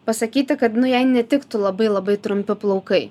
pasakyti kad nu jai netiktų labai labai trumpi plaukai